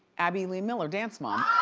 abby lee miller, dance mom.